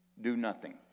do-nothing